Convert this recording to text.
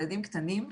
ילדים קטנים,